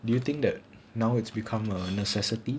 do you think that now it's become a necessity